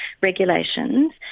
regulations